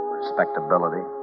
respectability